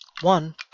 One